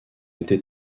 été